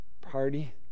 party